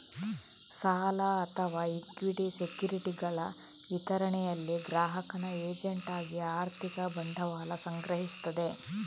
ಸಾಲ ಅಥವಾ ಇಕ್ವಿಟಿ ಸೆಕ್ಯುರಿಟಿಗಳ ವಿತರಣೆಯಲ್ಲಿ ಗ್ರಾಹಕನ ಏಜೆಂಟ್ ಆಗಿ ಆರ್ಥಿಕ ಬಂಡವಾಳ ಸಂಗ್ರಹಿಸ್ತದೆ